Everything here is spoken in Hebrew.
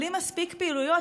בלי מספיק פעילויות,